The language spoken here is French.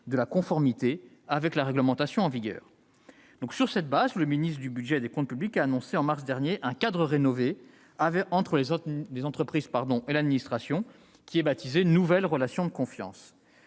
de la conformité avec la réglementation en vigueur. Sur cette base, le ministre du budget et des comptes publics a annoncé en mars dernier la mise en place d'un cadre rénové entre les entreprises et l'administration baptisé « nouvelle relation de confiance ».